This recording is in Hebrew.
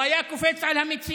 הוא היה קופץ על המציאה,